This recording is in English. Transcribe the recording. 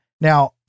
Now